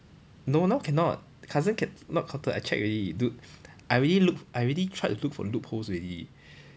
no now cannot cousin can not counted I check already dude I already look I already tried to look for loopholes already